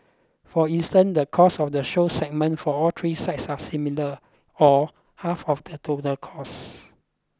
for instance the cost of the show segment for all three sites are similar or half of the total costs